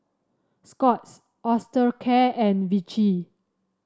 Scott's Osteocare and Vichy